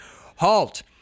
Halt